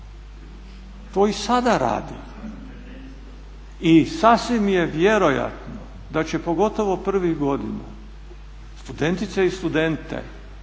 to i sada radi i sasvim je vjerojatno da će pogotovo prvih godina studentice i studenti